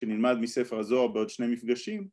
‫כי נלמד מספר הזוהר ‫בעוד שני מפגשים.